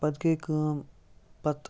پَتہٕ گٔے کٲم پتہٕ